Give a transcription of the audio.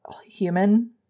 human